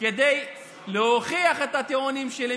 כדי להוכיח את הטיעונים שלי,